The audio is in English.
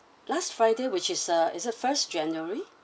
last friday which is uh is a first january